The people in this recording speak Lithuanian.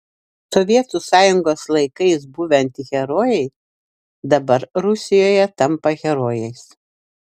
sovietų sąjungos laikais buvę antiherojai dabar rusijoje tampa herojais